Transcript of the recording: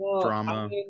drama